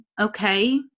okay